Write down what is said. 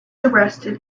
arrested